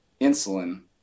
insulin